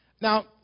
Now